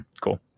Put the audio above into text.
cool